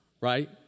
Right